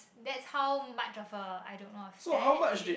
that's how much of a I don't know fat is